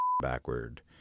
backward